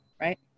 right